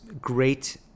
great